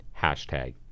hashtag